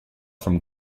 from